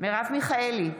מרב מיכאלי,